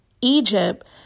Egypt